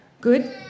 Good